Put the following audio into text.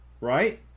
right